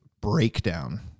Breakdown